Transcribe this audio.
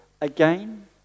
again